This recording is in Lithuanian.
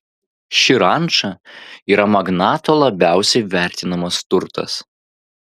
ši ranča yra magnato labiausiai vertinamas turtas